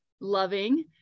loving